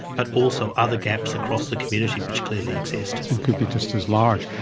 but also other gaps across the community which clearly exist. and could be just as large.